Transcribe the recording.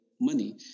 money